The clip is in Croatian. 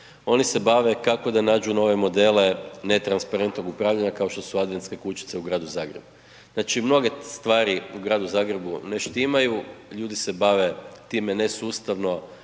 oni se bave kao da nađu nove modele netransparentnog upravljanja kao što su adventske kućice u Gradu Zagrebu. Znači, mnoge stvari u Gradu Zagrebu ne štimaju, ljudi se bave time ne sustavno